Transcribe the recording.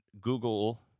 google